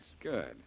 Good